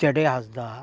ᱪᱮᱰᱮ ᱦᱟᱸᱥᱫᱟ